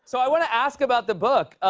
so, i want to ask about the book.